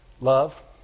Love